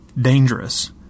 Dangerous